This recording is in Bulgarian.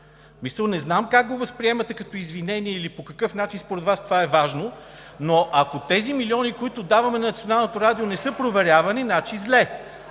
Не знам как го възприемате като извинение или по какъв начин според Вас това е важно, но ако тези милиони, които даваме на Националното радио, не са проверявани, значи е зле.